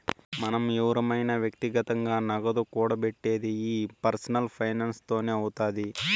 మనం ఎవురమైన వ్యక్తిగతంగా నగదు కూడబెట్టిది ఈ పర్సనల్ ఫైనాన్స్ తోనే అవుతాది